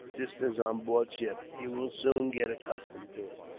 just as on board ship. you will soon get accustomed to it.